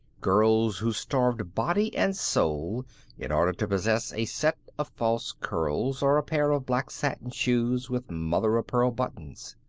girls who starved body and soul in order to possess a set of false curls, or a pair of black satin shoes with mother-o'-pearl buttons.